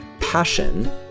passion